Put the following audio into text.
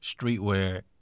streetwear